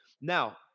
now